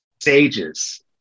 stages